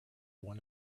one